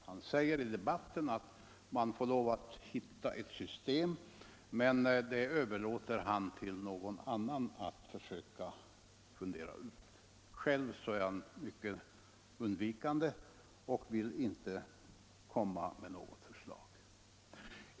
Han säger i debatten att man får lov att hitta ett system, men hur det skall utformas överlåter han åt andra att försöka fundera ut. Själv är han mycket undvikande och vill inte komma med något förslag.